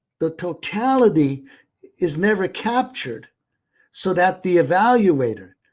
the totality is never captured so that the evaluator,